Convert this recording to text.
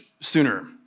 sooner